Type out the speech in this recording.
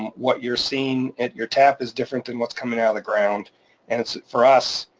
what you're seeing at your tap is different than what's coming out of the ground and it's for us,